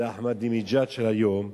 זה אחמדינג'אד של היום,